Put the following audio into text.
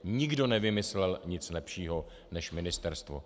Nikdo nevymyslel nic lepšího než ministerstvo.